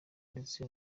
ndetse